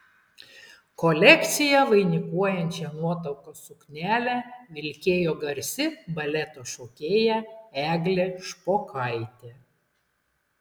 kolekciją vainikuojančią nuotakos suknelę vilkėjo garsi baleto šokėja eglė špokaitė